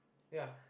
ya